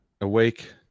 awake